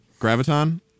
Graviton